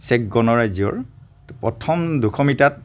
check গণৰাজ্যৰ প্ৰথম দুশ মিটাৰত